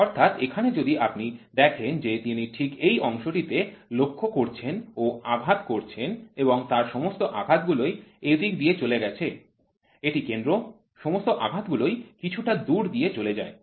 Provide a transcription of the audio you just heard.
অর্থাৎ এখানে যদি আপনি দেখেন যে তিনি ঠিক এই অংশটিতে লক্ষ্য করছেন ও আঘাত করছেন এবং তার সমস্ত আঘাতগুলোই এদিক দিয়ে চলে গেছে এটি কেন্দ্র সমস্ত আঘাত গুলোই কিছুটা দূর দিয়ে চলে যায়